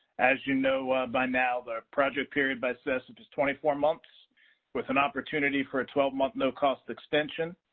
as you know, by now, the project period by cesf so so is twenty four months with an opportunity for a twelve month no-cost extension.